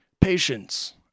patience